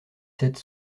sept